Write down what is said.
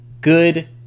good